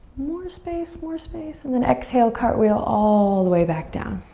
more space, more space. and then exhale, cartwheel all the way back down.